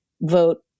vote